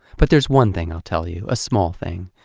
but there's one thing i'll tell you, a small thing.